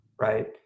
right